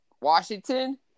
Washington